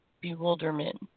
Bewilderment